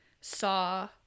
saw